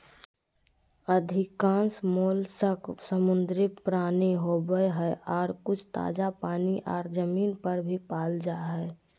अधिकांश मोलस्क समुद्री प्राणी होवई हई, आर कुछ ताजा पानी आर जमीन पर भी पाल जा हई